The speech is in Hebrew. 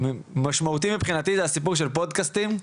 משמעותי מבחינתי זה הסיפור של פודקאסטים,